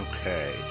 Okay